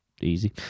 easy